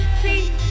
please